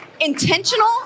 intentional